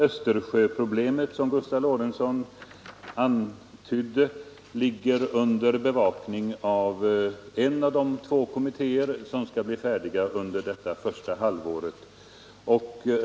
Östersjöproblemet, som Gustav Lorentzon antydde, ligger under bevakning av en av de två kommittéer som skall avsluta sitt arbete under första halvåret i år.